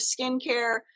skincare